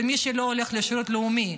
ומי שלא הולך לשירות לאומי,